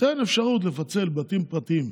תן אפשרות לפצל בתים פרטיים,